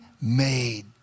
made